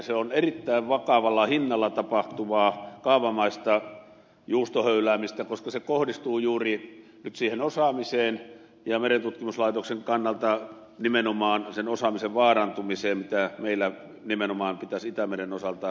se on erittäin vakavalla hinnalla tapahtuvaa kaavamaista juustohöyläämistä koska se kohdistuu juuri nyt siihen merentutkimuslaitoksen osaamiseen jota meillä pitäisi itämeren osalta nyt osoittaa ja nimenomaan sen osaamisen vaarantumiseen